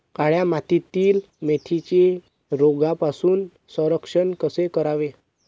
काळ्या मातीतील मेथीचे रोगापासून संरक्षण कसे करावे?